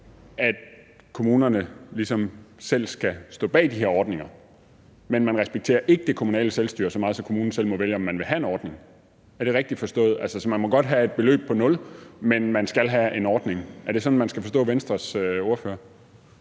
at kommunerne ligesom selv skal stå bag de her ordninger. Men man respekterer ikke det kommunale selvstyre så meget, at kommunerne selv må vælge, om den vil have en ordning. Er det rigtigt forstået? Altså, man må godt have et beløb på 0 kr., men man skal have en ordning – er det sådan, man skal forstå Venstres ordfører?